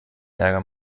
ärger